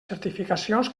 certificacions